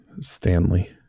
Stanley